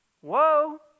Whoa